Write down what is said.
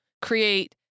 create